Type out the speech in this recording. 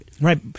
Right